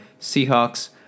Seahawks